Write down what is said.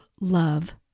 love